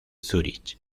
zúrich